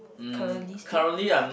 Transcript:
currently still